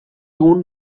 egun